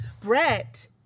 Brett